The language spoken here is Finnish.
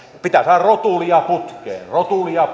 pitää saada rotulia putkeen rotulia